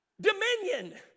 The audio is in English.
dominion